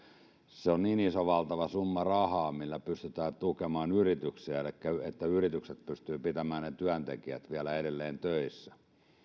se on niin iso valtava summa rahaa millä pystyttäisiin tukemaan yrityksiä että yritykset pystyvät pitämään ne työntekijät vielä edelleen töissä